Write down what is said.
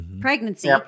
pregnancy